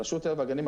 רשות הטבע והגנים,